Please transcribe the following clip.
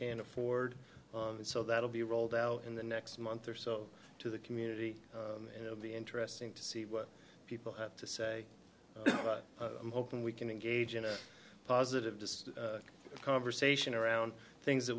can't afford so that'll be rolled out in the next month or so to the community you know be interesting to see what people have to say but i'm hoping we can engage in a positive just conversation around things that